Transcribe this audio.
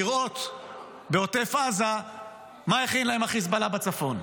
לראות בעוטף עזה מה הכין להם החיזבאללה בצפון.